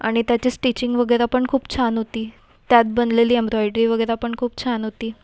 आणि त्याची स्टिचिंग वगैरे पण खूप छान होती त्यात बनलेली एम्ब्रॉयडरी वगैरे पण खूप छान होती